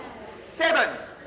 seven